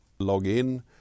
login